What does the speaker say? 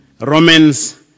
Romans